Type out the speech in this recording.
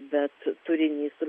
bet turinys